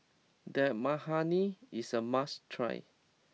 Dal Makhani is a must try